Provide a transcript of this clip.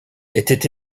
était